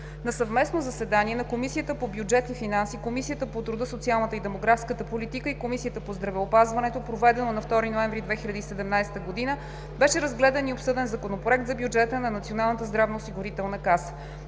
На съвместно заседание на Комисията по бюджет и финанси, Комисията по труда, социалната и демографската политика и Комисията по здравеопазването, проведено на 2 ноември 2017 г., беше разгледан и обсъден Законопроектът за бюджета на Националната здравноосигурителна каса.